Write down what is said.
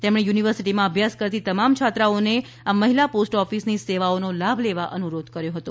તેમણે યુનિવર્સિટીમાં અભ્યાસ કરતી તમામ છાત્રાઓને આ મહિલા પોસ્ટ ઓફિસની સેવાઓનો લાભ લેવા અનુરોધ કર્યો હતો